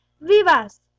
Vivas